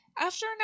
After